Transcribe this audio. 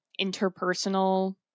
interpersonal